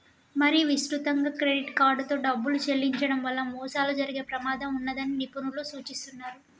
మరీ విస్తృతంగా క్రెడిట్ కార్డుతో డబ్బులు చెల్లించడం వల్ల మోసాలు జరిగే ప్రమాదం ఉన్నదని నిపుణులు సూచిస్తున్నరు